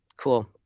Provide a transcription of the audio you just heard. Cool